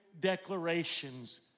declarations